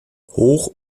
hoch